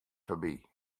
foarby